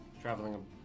traveling